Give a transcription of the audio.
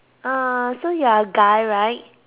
uh so you are a guy right